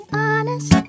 honest